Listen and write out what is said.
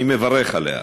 אני מברך עליה.